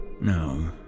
no